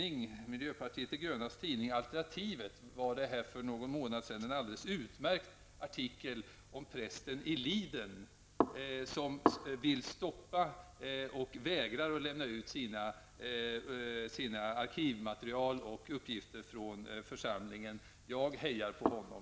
I miljöpartiets tidning Alternativet fanns för någon månad sedan införd en alldeles utmärkt artikel om prästen i Liden som vägrar att lämna ut arkivmaterial och olika uppgifter från församlingen. Jag hejar på honom.